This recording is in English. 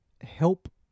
help